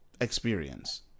experience